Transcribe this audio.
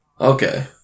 Okay